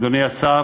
אדוני השר,